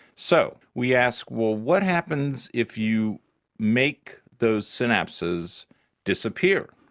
so we asked, well, what happens if you make those synapses disappear?